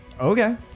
Okay